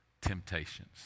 temptations